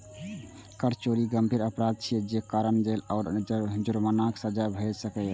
कर चोरी गंभीर अपराध छियै, जे कारण जेल आ जुर्मानाक सजा भए सकैए